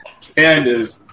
Candace